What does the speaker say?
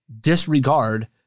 disregard